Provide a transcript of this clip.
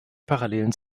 parallelen